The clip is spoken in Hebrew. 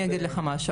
אני אגיד לך משהו,